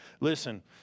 Listen